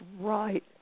right